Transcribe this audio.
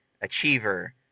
achiever